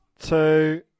Two